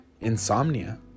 insomnia